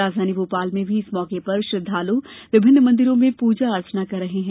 राजधानी भोपाल में भी इस मौके पर श्रद्वालु विभिन्न मंदिरों में पूजा अर्चन कर रहे हैं